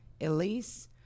Elise